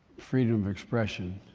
freedom of expression